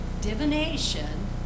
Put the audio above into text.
Divination